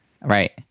Right